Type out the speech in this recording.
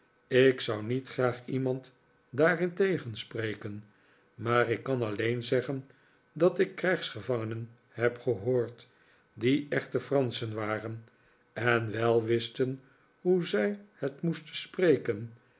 ik zou niet graag iemand daarin tegenspreken maar ik kan alleen zeggen dat ik krijgsgevangenen heb gehoord die echte franschen waren en wel wisten hoe zij het moesten spreken